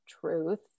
truth